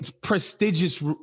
prestigious